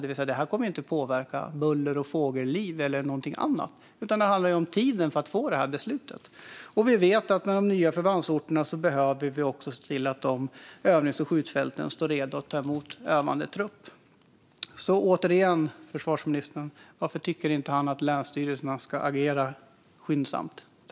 Det handlar inte om buller som påverkar fågelliv eller någonting annat, utan det handlar om tiden för att få beslutet. Och vi vet att med de nya förbandsorterna behöver vi också se till att övnings och skjutfälten står redo att ta emot övande trupp. Återigen: Varför tycker inte försvarsministern att länsstyrelserna ska agera skyndsamt?